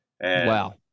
Wow